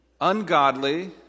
ungodly